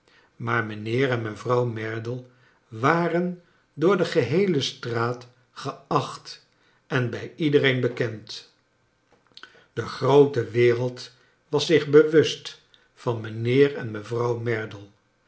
maar mijnheer en mevrouw merdle waren door de geheele straat geaoht en bij iedereen bekend de groote wereld was zich bewust van mijnheer en mevrouw merdle